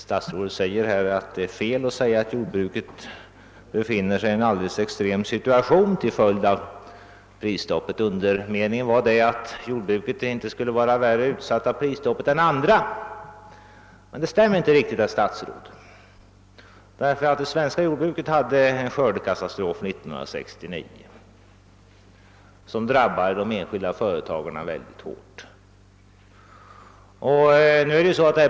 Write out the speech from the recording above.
Statsrådet säger att det är fel att påstå att jordbruket befinner sig i en extrem situation till följd av prisstoppet. Hans undermening var att jordbruket inte skulle bli sämre utsatt genom prisstoppet än andra näringar. Det stämmer inte riktigt, herr statsråd. Det svenska jordbruket utsattes 1969 för en skördekatastrof, som drabbade de enskilda jordbrukarna rätt hårt.